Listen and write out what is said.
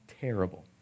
Terrible